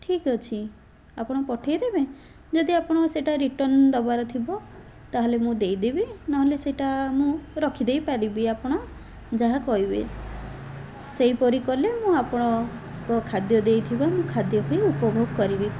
ଠିକଅଛି ଆପଣ ପଠେଇଦେବେ ଯଦି ଆପଣଙ୍କର ସେଇଟା ରିଟର୍ନ ଦେବାର ଥିବ ତା'ହେଲେ ମୁଁ ଦେଇଦେବି ନହେଲେ ସେଇଟା ମୁଁ ରଖି ଦେଇପାରିବି ଆପଣ ଯାହା କହିବେ ସେଇପରି କଲେ ମୁଁ ଆପଣଙ୍କ ଖାଦ୍ୟ ଦେଇଥିବା ଖାଦ୍ୟ ବି ଉପଭୋଗ କରିବି